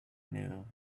new